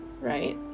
right